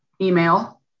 email